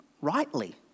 rightly